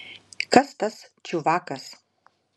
kas tas čiuvakas